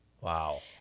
wow